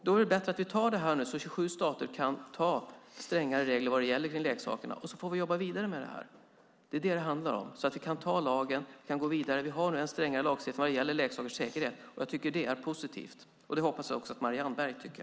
Då är det bättre att anta lagen nu så att 27 stater kan anta strängare regler för leksakerna, och sedan får vi jobba vidare med frågan. Låt oss anta lagen, gå vidare och få en strängare lagstiftning vad gäller leksakers säkerhet. Det är positivt. Det hoppas jag att Marianne Berg tycker.